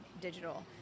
digital